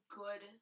good